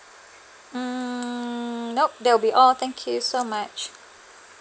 mm nope that would be all thank you so much